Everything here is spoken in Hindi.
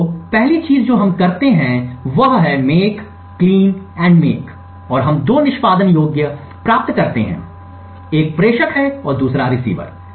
तो पहली चीज जो हम करते हैं वह है make clean and make बनाएंगे और हम 2 निष्पादन योग्य प्राप्त करते हैं एक प्रेषक है और दूसरा रिसीवर है